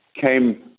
came